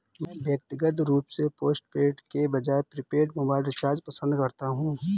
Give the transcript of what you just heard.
मैं व्यक्तिगत रूप से पोस्टपेड के बजाय प्रीपेड मोबाइल रिचार्ज पसंद करता हूं